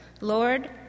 Lord